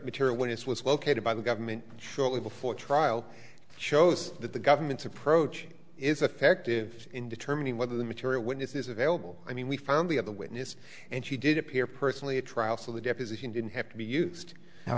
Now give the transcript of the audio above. material witness was located by the government shortly before trial shows that the government's approach is affective in determining whether the material witness is available i mean we found the other witness and she did appear personally a trial so the deposition didn't have to be used h